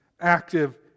active